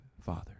father